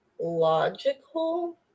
logical